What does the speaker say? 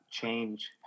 change